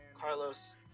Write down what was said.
Carlos